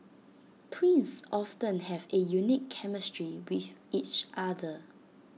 twins often have A unique chemistry with each other